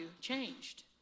changed